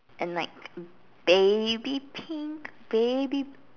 and like baby pink baby